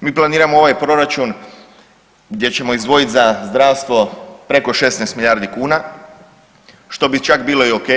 Mi planiramo ovaj proračun gdje ćemo izdvojiti za zdravstvo preko 16 milijardi kuna, što bi čak bilo i ok